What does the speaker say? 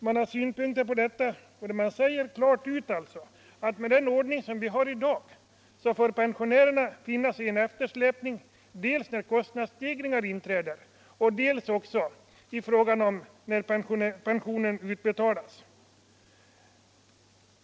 Man har synpunkter på detta och säger klart ut att med den ordning vi har i dag får pensionärerna finna sig i en eftersläpning dels när kostnadsstegringar inträder, dels också i fråga om utbetalningen av pensionen.